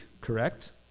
correct